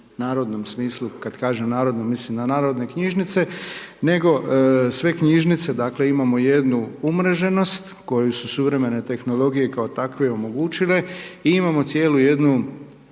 smislu, kad kažem narodno, mislim na narodne knjižnice, nego sve knjižnice, dakle, imamo jednu umreženost koju su suvremene tehnologije kao takve omogućile i imamo cijelu jednu